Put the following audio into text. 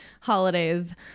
holidays